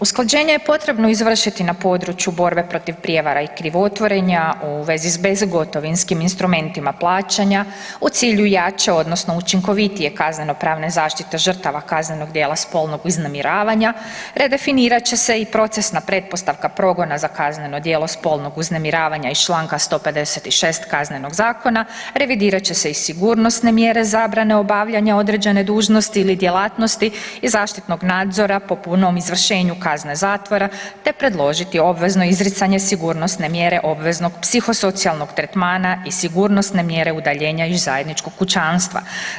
Usklađenje je potrebno izvršiti na području borbe protiv prijevara i krivotvorenja u vezi s bezgotovinskim instrumentima plaćanja u cilju jače odnosno učinkovitije kaznenopravne zaštite žrtava kaznenog djela spolnog uznemiravanja, redefinirat će se i procesna pretpostavka progona za kazneno djelo spolnog uznemiravanja iz čl. 156 Kaznenog zakona, revidirat će se i sigurnosne mjere zabrane obavljanja određene dužnosti ili djelatnosti i zaštitnog nadzora po punom izvršenju kazne zatvora te predložiti obvezno izricanje sigurnosne mjere obveznog psihosocijalnog tretmana i sigurnosne mjere udaljenja iz zajedničkog kućanstva.